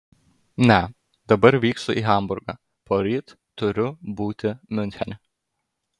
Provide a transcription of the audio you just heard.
ne dabar vykstu į hamburgą poryt turiu būti miunchene